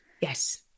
Yes